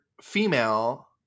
female